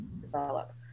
develop